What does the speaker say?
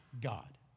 God